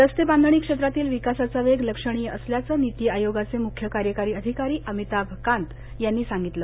रस्ते बांधणी क्षेत्रातील विकासाचा वेग लक्षणीय असल्याच नीती आयोगाचे मुख्य कार्यकारी अधिकारी अमिताभ कांत यांनी सांगितलं